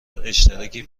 اشتراکی